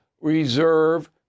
reserve